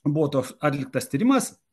buvo toks atliktas tyrimas